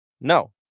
No